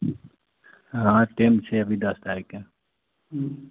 हँ टाइम छै अभी दस तारीकके हँ